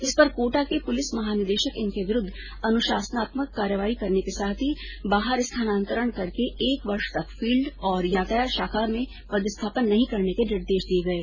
इस पर कोटा के पुलिस महानिरीक्षक इनके विरूद्व अनुशासनात्मक कार्रवाई करने के साथ ही बाहर स्थानान्तरण करके एक वर्ष तक फील्ड और यातायात शाखा में पदस्थापन नहीं करने के निर्देश दिये गये